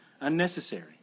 unnecessary